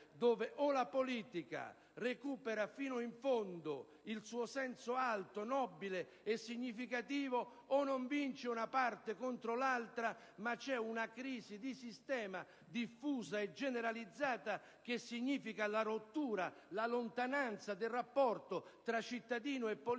cui o la politica recupera fino in fondo il suo senso alto, nobile e significativo, o non vince una parte contro l'altra perché c'è una crisi di sistema diffusa e generalizzata che significa la rottura, la lontananza del rapporto tra cittadini e politica,